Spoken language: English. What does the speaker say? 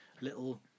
little